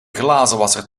glazenwasser